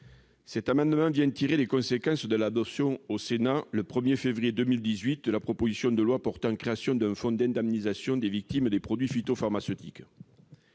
cet amendement, nous tirons les conséquences de l'adoption au Sénat, le 1 février 2018, de la proposition de loi portant création d'un fonds d'indemnisation des victimes des produits phytopharmaceutiques.